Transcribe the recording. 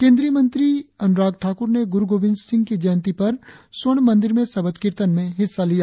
केंद्रीय मंत्री अनुराग ठाकुर ने गुरु गोविंद सिंह की जयंती पर स्वर्ण मंदिर में सबद कीर्तन में हिस्सा लिया